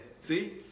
see